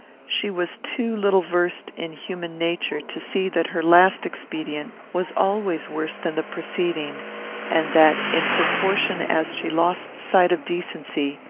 she was too little versed in human nature to see that her last expedient was always worse than the preceding and that, in proportion as she lost sight of decency,